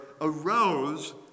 arose